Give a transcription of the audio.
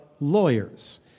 lawyers